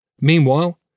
Meanwhile